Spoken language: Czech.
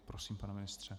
Prosím, pane ministře.